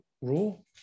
rule